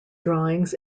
drawings